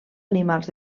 animals